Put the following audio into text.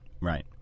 right